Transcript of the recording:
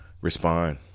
respond